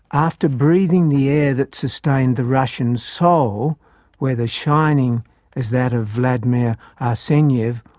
after breathing the air that sustained the russian soul whether shining as that of vladimir arsenyev,